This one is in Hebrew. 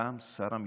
קם שר המשפטים,